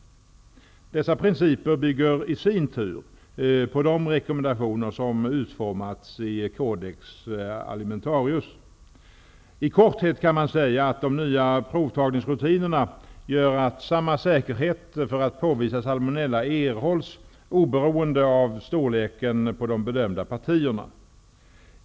Dessa principer bygger i sin tur på de rekommendationer som utformats i Codex Alimentarius. I korthet kan man säga att de nya provtagningsrutinerna gör att samma säkerhet för att påvisa salmonella erhålls oberoende av storleken på de bedömda partierna.